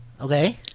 Okay